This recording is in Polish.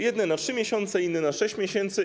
Jedne na 3 miesiące, inne na 6 miesięcy.